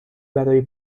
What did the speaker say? برای